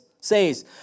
says